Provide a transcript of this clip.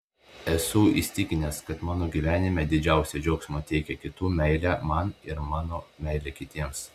esu įsitikinęs kad mano gyvenime didžiausią džiaugsmą teikia kitų meilė man ir mano meilė kitiems